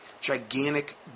gigantic